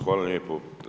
Hvala lijepo.